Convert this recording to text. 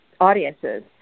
Audiences